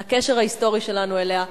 על הקשר ההיסטורי שלנו אליה,